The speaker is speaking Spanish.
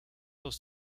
los